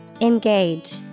Engage